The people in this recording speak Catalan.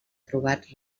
trobat